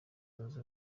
zunze